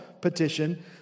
petition